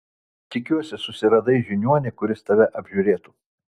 tikiuosi susiradai žiniuonį kuris tave apžiūrėtų